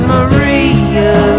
Maria